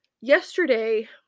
Yesterday